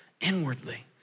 inwardly